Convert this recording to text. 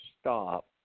stop